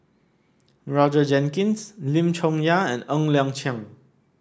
Roger Jenkins Lim Chong Yah and Ng Liang Chiang